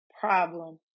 problem